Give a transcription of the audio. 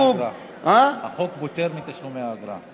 החוק פוטר מתשלומי האגרה.